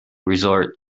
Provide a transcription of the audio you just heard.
resort